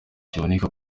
kiboneka